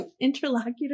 Interlocutor